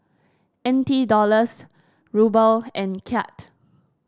N T Dollars Ruble and Kyat